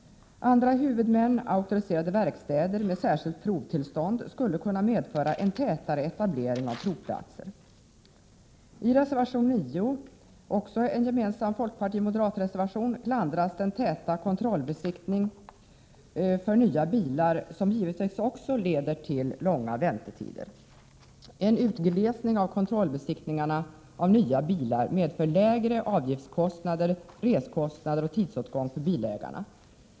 Andra huvudmän — auktoriserade verkstäder med särskilt provtillstånd — skulle kunna innebära en tätare etablering av provplatser. I reservation 9, också en gemensam folkpartioch moderatreservation, klandras den täta kontrollbesiktningen av nya bilar, som givetvis också bidrar till långa väntetider. En utglesning av kontrollbesiktningarna av nya bilar skulle medföra lägre avgifter, lägre resekostnader och mindre tidsåtgång för bilägarna.